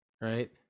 right